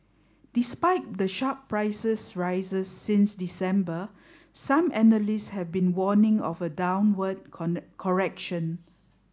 despite the sharp prices rises since December some analysts have been warning of a downward correction